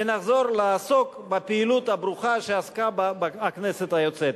ונחזור לעסוק בפעילות הברוכה שעסקה בה הכנסת היוצאת.